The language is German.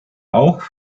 auch